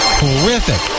horrific